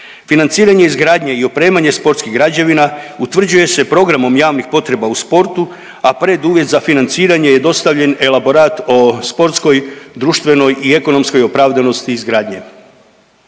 Financiranje izgradnje i opremanje sportskih građevina utvrđuje se programom javnih potreba u sportu, a preduvjet za financiranje je dostavljen elaborat o sportskoj, društvenoj i ekonomskoj opravdanosti izgradnje.